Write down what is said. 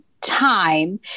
time